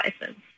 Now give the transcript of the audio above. license